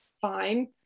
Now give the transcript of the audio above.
fine